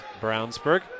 Brownsburg